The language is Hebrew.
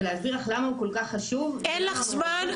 ולהסביר לך למה הוא כל כך חשוב --- אין לך זמן,